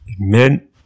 Amen